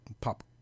Pop